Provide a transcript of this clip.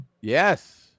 Yes